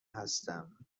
هستم